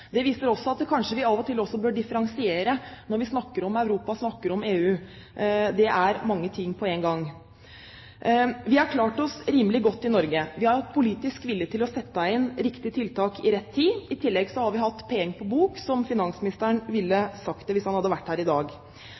Det viser at vi av og til kanskje bør differensiere når vi snakker om Europa, når vi snakker om EU. Det er mange ting på én gang. Vi har klart oss rimelig godt i Norge. Vi har hatt politisk vilje til å sette inn riktige tiltak i rett tid. I tillegg har vi hatt «peeng på bok», som finansministeren ville ha sagt det, hvis han hadde vært her i dag.